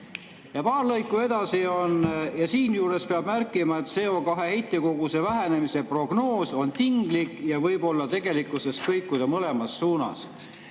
Paar lõiku edasi on kirjutatud: "Siinjuures peab märkima, et CO2heitkoguste vähenemise prognoos on tinglik ja võib tegelikkuses kõikuda mõlemas suunas."